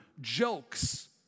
jokes